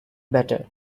better